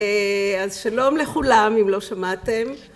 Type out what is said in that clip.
אז שלום לכולם אם לא שמעתם.